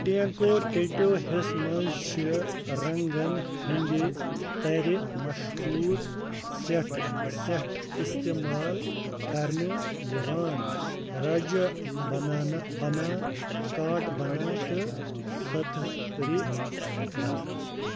ٹینکو ٹیٹوہَس منٛز چھِ رنٛگَن ہِنٛدِ ترِ مشہوٗر سٮ۪ٹھ سٮ۪ٹھ استعمال کرنہٕ یِوان رجہِ بنانہٕ بنا کاٹ بنا تہٕ سطرِ بنا